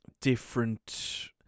different